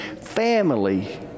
Family